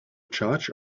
charge